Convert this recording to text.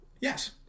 Yes